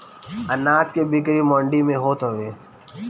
अनाज के बिक्री मंडी में होत हवे